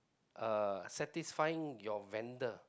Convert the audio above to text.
uh satisfying your vendor